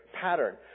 pattern